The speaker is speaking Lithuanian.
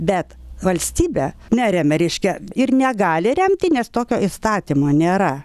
bet valstybė neremia reiškia ir negali remti nes tokio įstatymo nėra